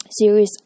series